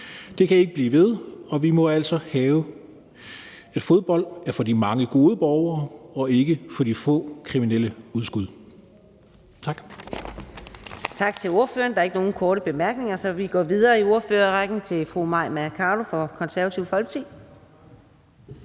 Det kan ikke blive ved, og vi må altså have det sådan, at fodbold er for de mange gode borgere og ikke for de få kriminelle udskud. Tak.